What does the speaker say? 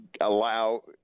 allow